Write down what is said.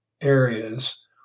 areas